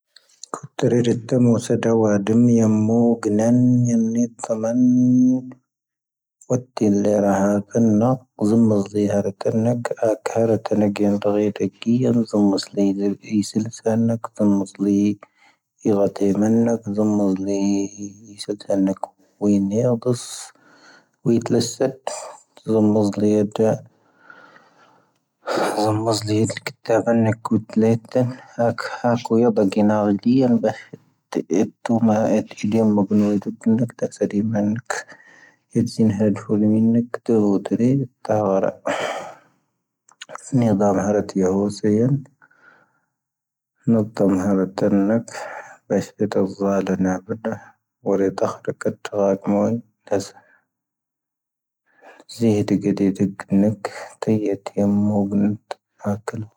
ⴽⵓⵜⵔⴻⵉⵔⵉⵜ ⴷⴷⴰⵎo ⵙⴰⴷⴰ ⵡⴰ ⴰⴷⵓⵎ ⵢⴰⵎ ⵎoⵓ ⴳⴻⵏⴰⵏ ⵢⴰⵏⵢⵉ ⵜⵣⴰⵎⴰⵏ. ⵡⴰⵜⵉⵍ ⵍⴻⵔⴰ ⵀⴰⴼ ⴱⴻⵏⵏⴰ. ⴳⵣⵓⵎ ⵎⵣⵍⵉ ⵀⴰⵔⴻⵜⴰⵏ ⵏⴽ ⴰⴽ ⵀⴰⵔⴻⵜⴰⵏ ⵏⴽ ⴳⴻⵏ ⵔⴳⵀⴻ ⴷⴷⴰⴽⴻⴻ. ⵏⵣⵓⵎ ⵎⵣⵍⵉ ⴷⴷⴰⴽⴻⴻ ⵉⵙⵉⵍ ⵙⴰⵏⵏⴰⴽ. ⵣⵓⵎ ⵎⵣⵍⵉ ⵉⵔⴰⵜⵉ ⵎⴰⵏⵏⴰⴽ. ⵣⵓⵎ ⵎⵣⵍⵉ ⵉⵙⵉⵍ ⵙⴰⵏⵏⴰⴽ. ⵡⴻⴻ ⵏⴻⵔⴻ ⴷⴷⵓⵙ. ⵡⴻⴻ ⵜⵍⵉⵙⵉⵜ. ⵣⵓⵎ ⵎⵣⵍⵉ ⴻⴱⴷⵡⴰ. ⵣⵓⵎ ⵎⵣⵍⵉ ⴻⴱⴷⵡⴰ ⵏⴽ ⴽⵓⵜⵍⴻⵀⵜⴻⵏ. ⴰⴽ ⵀⴰⵇ ⵢⴰⴷⴰ ⴳⴻⵏⴰo ⵍⵉⵢⴻ. ⴱⴰcⵀ ⴷⴷⴰⴽⴻⴻ ⴷⴷⵓⵎⴰ ⴻ ⴷⴷⴰⴽⴻⴻ. ⵎⴱⵓⵏⵓⵉ ⴷⴷⴰⴽⴻⴻ ⵏⴽ ⵜⵣⴰⴷⴻⴻ ⵎⴰⵏⵏⴰⴽ. ⵢⴰⴷⵣⴻⴻ ⵏⵀⴻⵔⴰ ⴷⴷⵀoⵍⴻ ⵎⵏⵉⴽ. ⴽⵓⵜⵔⴻⵉⵔⵉⵜ ⵜⵜⴰⵡⴰⵔⴰ. ⵏⵉⴷⴰⵎ ⵀⴰⵔⴻⵜ ⵢⴰⵡ ⵣⴻⵢⴰⵏ. ⵏⵓⵜ ⴷⴷⴰⵎⴰ ⵀⴰⵔⴻⵜⴰⵏ ⵏⴽ. ⴱⴰcⵀ ⴷⴷⴰⴷⴰ ⵡⵣⴰⵍⴰⵏⴰ ⴱⵉⵏⴰ. ⵡⴰⵔⴻ ⵜⴽⵀⵜⵀⵉⴽⴻⵜ ⵜⵜⴰⵡⴰⴽ ⵎoⵢ. ⵏⵣⴰⵀ. ⵣⵉⵀⴷⴳⴻ ⴷⴷⴰⴽⴻⴻ ⵏⴽ. ⵜⵜⴻⴻ ⵜⵜⵢⴻ ⵎⴱⵓⵏⵓⵉ ⴷⴷⴰⴽⴻⴻ. ⴰⴽ ⴻⵍⵎ.